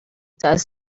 does